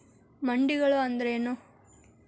ಮಂಡಿಗಳು ಅಂದ್ರೇನು?